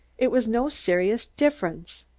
it was no serious difference.